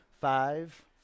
Five